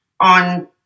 on